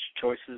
choices